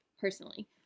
personally